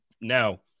now